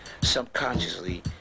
subconsciously